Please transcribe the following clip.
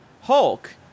Hulk